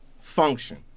function